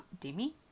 demi